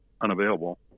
unavailable